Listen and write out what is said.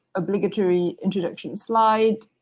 obligatory introduction slide,